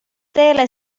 teele